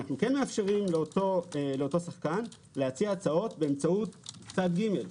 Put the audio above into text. אנו כן מאפשרים לאותו שחקן להציע הצעות באמצעות צד ג'.